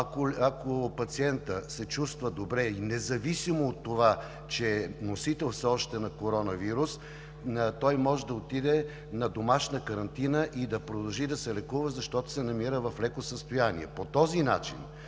ако пациентът се чувства добре или независимо от това, че е носител все още на коронавирус, той може да отиде на домашна карантина и да продължи да се лекува, защото се намира в леко състояние.